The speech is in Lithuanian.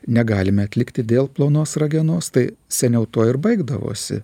negalime atlikti dėl plonos ragenos tai seniau tuo ir baigdavosi